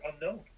unknown